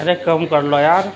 ارے کم کر لو یار